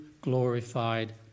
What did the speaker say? glorified